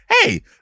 hey